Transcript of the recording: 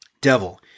Devil